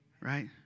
right